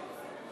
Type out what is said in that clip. מיקי,